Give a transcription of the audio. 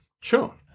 Sure